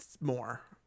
more